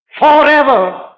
Forever